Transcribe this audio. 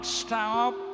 stop